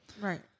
Right